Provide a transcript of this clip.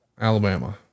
Alabama